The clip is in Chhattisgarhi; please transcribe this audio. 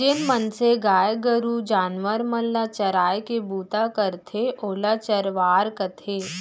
जेन मनसे गाय गरू जानवर मन ल चराय के बूता करथे ओला चरवार कथें